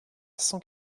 cent